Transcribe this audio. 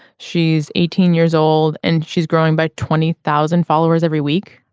she's eighteen years old and she's growing by twenty thousand followers every week.